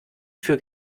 für